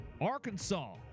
Arkansas